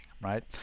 right